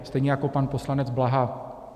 Stejně jako pan poslanec Blaha.